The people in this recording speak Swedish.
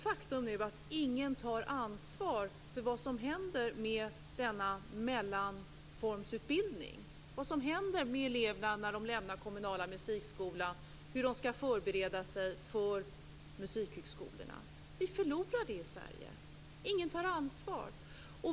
Faktum är att ingen tar ansvar för vad som händer med denna mellanformsutbildning och vad som händer med eleverna när de lämnar den kommunala musikskolan och skall förbereda sig för musikhögskolorna. Vi förlorar utbildningen i Sverige. Ingen tar ansvar.